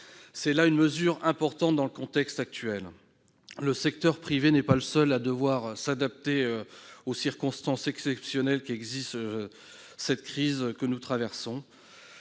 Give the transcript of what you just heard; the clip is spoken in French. C'est là une mesure importante dans le contexte actuel. Le secteur privé n'est pas le seul à devoir s'adapter aux circonstances exceptionnelles de cette crise que nous traversons.